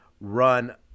run